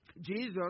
jesus